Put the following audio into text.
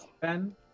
Ben